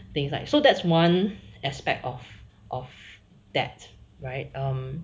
things like so that's one aspect of of that right um